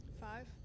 Five